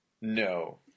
No